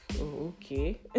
Okay